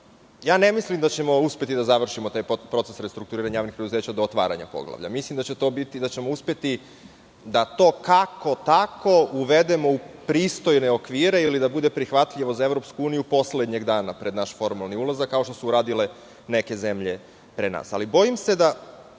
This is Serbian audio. mislim da ćemo uspeti da završimo taj proces restrukturiranja javnih preduzeća do otvaranja poglavlja. Mislim, da ćemo uspeti da to, kako-tako, uvedemo u pristojne okvire, ili da bude prihvatljivo za EU poslednjeg dana pred naš formalni ulazak, kao što su to uradile neke zemlje pre nas. Ali, bojim se da,